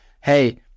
hey